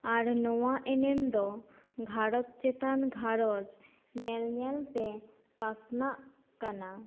ᱟᱨ ᱱᱚᱣᱟ ᱮᱱᱮᱢ ᱫᱚ ᱜᱷᱟᱨᱚᱧᱡᱽ ᱪᱮᱛᱟᱱ ᱜᱷᱟᱨᱚᱧᱡᱽ ᱧᱮᱞ ᱧᱮᱞᱛᱮ ᱯᱟᱥᱱᱟᱜ ᱠᱟᱱᱟ